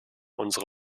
unsere